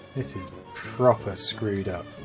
this is proper screwed up.